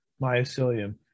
mycelium